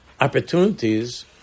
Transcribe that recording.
opportunities